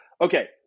Okay